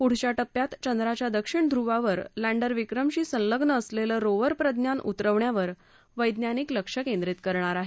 पुढच्या टप्प्यात चंद्राच्या दक्षिण ध्रुवावर लँडर विक्रमशी संलग्न असलेलं रोवर प्रज्ञान उतरवण्यावर वैज्ञानिक लक्ष केंद्रीत करणार आहेत